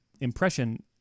impression